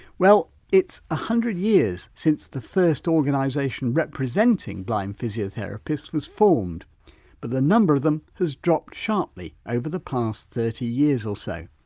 well, it's a hundred years since the first organisation representing blind physiotherapists was formed but the number of them has dropped sharply over the past thirty years or so.